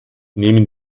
nehmen